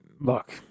look